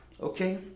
Okay